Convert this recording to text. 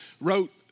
wrote